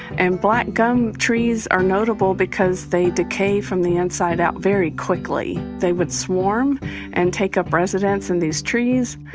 and black gum trees are notable because they decay from the inside out very quickly. they would swarm and take up residence in these trees,